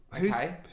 Okay